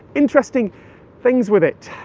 interesting things with it!